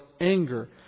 anger